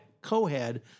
co-head